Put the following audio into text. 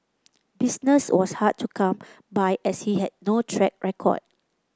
business was hard to come by as he had no track record